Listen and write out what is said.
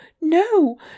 no